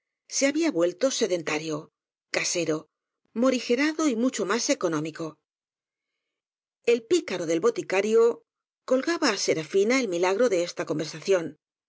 se había vuelto sedentario casero morigerado y mucho más económico el picaro del boticario col eaba á serafina el milagro de esta conversión